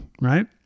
right